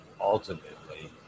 ultimately